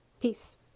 Peace